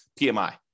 PMI